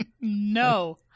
No